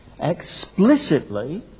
explicitly